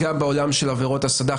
גם בעולם של עבירות הסד"ח,